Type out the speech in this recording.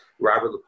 Robert